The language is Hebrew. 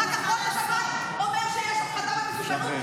אחר כך ראש השב"כ אומר שיש החלטת מסוכנות,